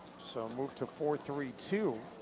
so move to four three two.